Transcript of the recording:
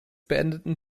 beendeten